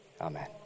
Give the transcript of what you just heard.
Amen